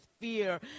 fear